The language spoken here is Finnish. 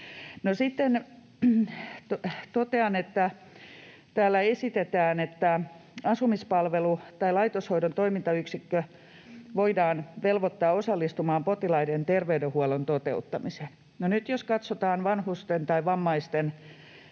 esitetään, että asumispalvelu- tai laitoshoidon toimintayksikkö voidaan velvoittaa osallistumaan potilaiden terveydenhuollon toteuttamiseen. No, nyt jos katsotaan vanhusten tai vammaisten